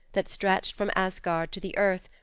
that stretched from asgard to the earth,